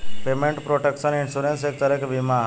payment protection insurance एक तरह के बीमा ह